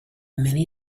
many